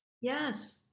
yes